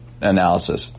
analysis